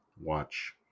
watch